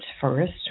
first